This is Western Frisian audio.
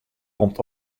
komt